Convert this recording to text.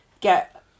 get